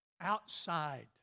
outside